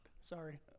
Sorry